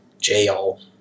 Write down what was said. jail